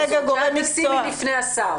המורכבות הזאת שאת תציבי בפני השר?